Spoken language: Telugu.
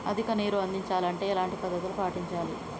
అధిక నీరు అందించాలి అంటే ఎలాంటి పద్ధతులు పాటించాలి?